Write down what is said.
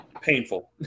painful